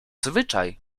zwyczaj